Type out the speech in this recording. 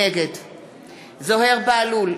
נגד זוהיר בהלול,